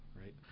right